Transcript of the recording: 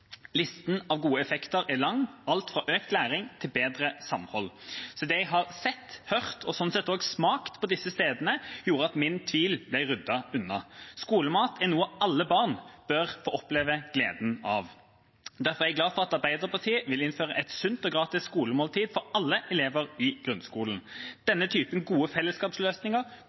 Listen av gode effekter er lang, alt fra økt læring til bedre samhold. Så det jeg har sett og hørt – og smakt – på disse stedene, gjorde at min tvil ble ryddet unna. Skolemat er noe alle barn bør få oppleve gleden av. Derfor er jeg glad for at Arbeiderpartiet vil innføre et sunt og gratis skolemåltid for alle elever i grunnskolen. Denne typen gode fellesskapsløsninger